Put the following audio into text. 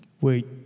Wait